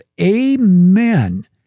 amen